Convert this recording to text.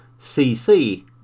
CC